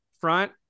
front